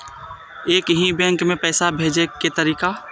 एक ही बैंक मे पैसा भेजे के तरीका?